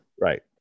Right